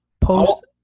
post